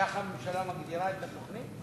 ככה הממשלה מגדירה את התוכנית?